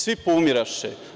Svi poumiraše.